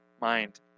mind